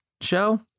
show